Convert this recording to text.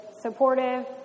supportive